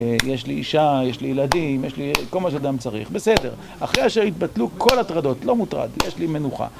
יש לי אישה, יש לי ילדים, יש לי כל מה שאדם צריך. בסדר. "אחרי אשר התבטלו כל הטרדות". לא מוטרד, יש לי מנוחה.